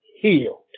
healed